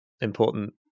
important